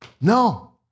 no